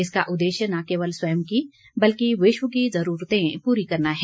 इसका उद्देश्य न केवल स्वयं की बल्कि विश्व की जरूरतें पूरी करना है